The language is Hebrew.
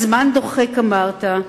הזמן דוחק, אמרת.